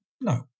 No